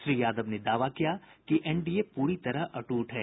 श्री यादव ने दावा किया कि एनडीए पूरी तरह अट्रट है